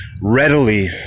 readily